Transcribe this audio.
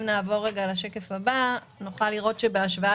אם נעבור לשקף הבא נוכל לראות שבהשוואה